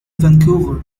vancouver